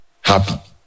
Happy